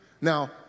Now